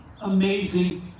amazing